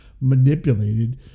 manipulated